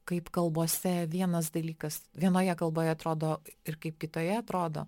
kaip kalbose vienas dalykas vienoje kalboje atrodo ir kaip kitoje atrodo